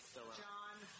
John